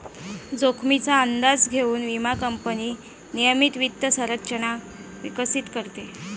जोखमीचा अंदाज घेऊन विमा कंपनी नियमित वित्त संरचना विकसित करते